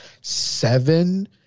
seven